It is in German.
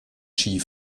ski